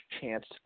chance